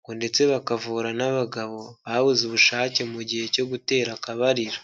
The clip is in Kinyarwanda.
ngo ndetse bakavura n'abagabo babuze ubushake mu gihe cyo gutera akabariro.